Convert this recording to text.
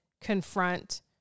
confront